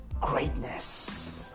greatness